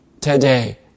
today